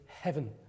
heaven